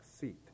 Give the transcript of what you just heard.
seat